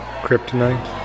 Kryptonite